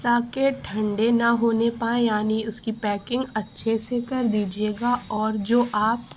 تاکہ ٹھنڈے نہ ہونے پائیں یعنی اس کی پیکنگ اچھے سے کر دیجیے گا اور جو آپ